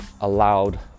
allowed